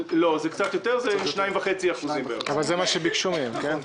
לא, זה בערך 2.5%. זה מה שביקשו מהם.